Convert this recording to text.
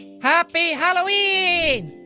happy halloweeeen!